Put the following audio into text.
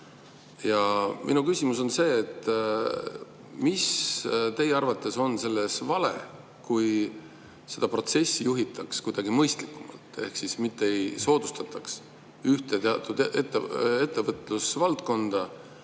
Ja minu küsimus on see, et miks on teie arvates vale, kui seda protsessi juhitaks kuidagi mõistlikumalt ehk siis ei soodustataks ühte teatud ettevõtlusvaldkonda,